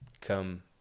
come